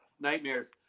Nightmares